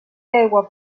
aigua